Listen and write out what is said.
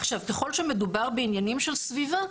עכשיו ככל שמדובר בעניינים של סביבה,